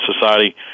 society